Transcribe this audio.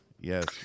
yes